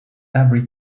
every